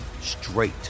straight